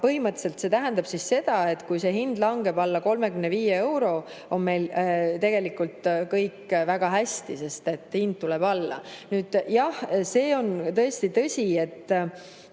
Põhimõtteliselt tähendab see seda, et kui hind langeb alla 35 euro, on meil tegelikult kõik väga hästi, sest hind tuleb alla. Jah, see on tõesti tõsi, et